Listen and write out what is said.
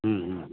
हम्म हम्म हम्म